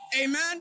Amen